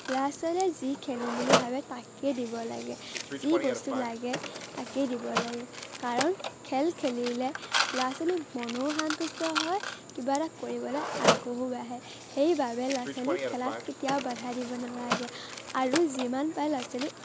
ল'ৰা ছোৱালীয়ে যি খেলোঁ বুলি ভাবে তাকেই দিব লাগে যি বস্তু লাগে তাকেই দিব লাগে কাৰণ খেল খেলিলে ল'ৰা ছোৱালীৰ মনৰো সন্তুষ্ট হয় কিবা এটা কৰিবলৈ আগ্ৰহো বাঢ়ে সেইবাবে ল'ৰা ছোৱালীক খেলাত কেতিয়াও বাধা দিব নালাগে আৰু যিমান পায় ল'ৰা ছোৱালীক